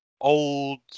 old